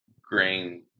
grain